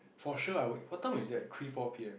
for sure I will what time was that three four p_m